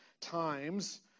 times